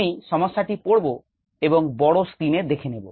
আমি সমস্যাটি পড়ব এবং বড় স্ক্রীন এ দেখে নেব